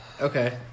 Okay